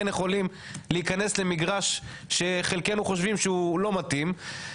יכולים להיכנס למגרש שחלקנו חושבים שהוא לא מתאים,